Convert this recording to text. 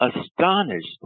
astonished